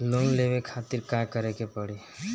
Loan लेवे खातिर का करे के पड़ी?